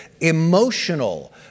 emotional